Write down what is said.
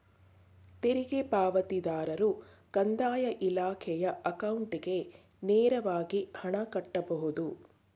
ತೆರಿಗೆ ಪಾವತಿದಾರರು ಕಂದಾಯ ಇಲಾಖೆಯ ಅಕೌಂಟ್ಗೆ ನೇರವಾಗಿ ಹಣ ಕಟ್ಟಬಹುದು